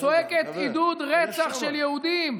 צועקת עידוד רצח של יהודים,